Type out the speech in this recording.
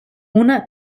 una